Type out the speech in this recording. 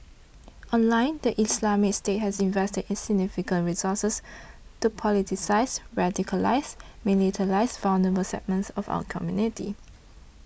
online the Islamic State has invested significant resources to politicise radicalise and militarise vulnerable segments of our community